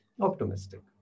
optimistic